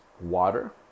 water